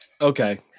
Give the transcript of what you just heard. Okay